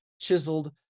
chiseled